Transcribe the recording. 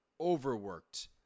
Overworked